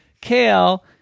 kale